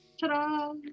Ta-da